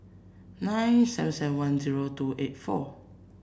nine seven seven one zero two eight four